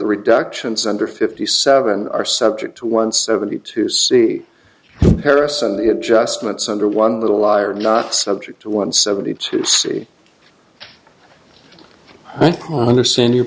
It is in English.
reductions under fifty seven are subject to one seventy two c harrison the adjustments under one little liar not subject to one seventy two c i understand your